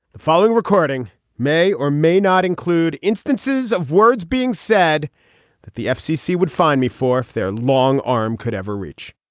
the following recording may or may not include instances of words being said that the fcc would find me for if their long arm could ever reach